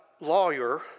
lawyer